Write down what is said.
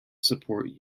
support